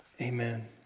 Amen